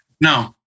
No